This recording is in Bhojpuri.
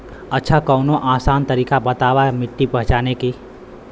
अच्छा कवनो आसान तरीका बतावा मिट्टी पहचाने की?